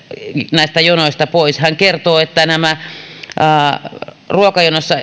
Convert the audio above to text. näistä jonoista pois hän kertoi että ruokajonoissa